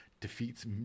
defeats